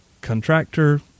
contractor